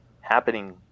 happening